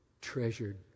treasured